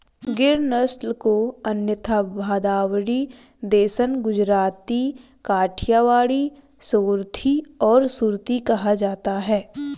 गिर नस्ल को अन्यथा भदावरी, देसन, गुजराती, काठियावाड़ी, सोरथी और सुरती कहा जाता है